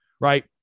Right